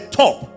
top